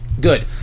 Good